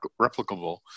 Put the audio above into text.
replicable